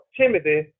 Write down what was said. Timothy